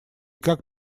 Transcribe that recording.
как